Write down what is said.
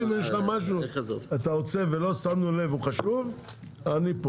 אם יש לך משה ואתה רוצה והוא חשוב אני פה.